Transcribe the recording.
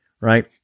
right